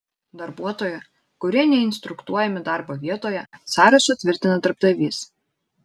darbuotojų kurie neinstruktuojami darbo vietoje sąrašą tvirtina darbdavys